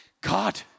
God